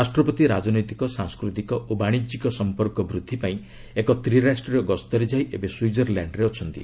ରାଷ୍ଟ୍ରପତି ରାଜନୈତିକ ସାଂସ୍କୃତିକ ଓ ବାଣିଜ୍ୟିକ ସଂପର୍କ ବୃଦ୍ଧି ପାଇଁ ଏକ ତ୍ରିରାଷ୍ଟ୍ରୀୟ ଗସ୍ତରେ ଯାଇ ଏବେ ସ୍କୁଇଜରଲ୍ୟାଣ୍ଡରେ ଅଛନ୍ତି